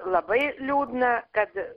labai liūdna kad